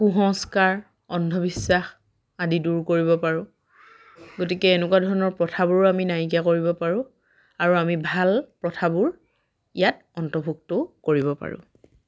কু সংস্কাৰ অন্ধবিশ্বাস আদি দূৰ কৰিব পাৰোঁ গতিকে এনেকুৱা ধৰণৰ প্ৰথাবোৰো আমি নাইকিয়া কৰিব পাৰোঁ আৰু আমি ভাল প্ৰথাবোৰ ইয়াত অন্তৰ্ভুক্তও কৰিব পাৰোঁ